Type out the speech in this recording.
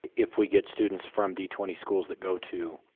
if we get students from d twenty schools that go to